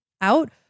out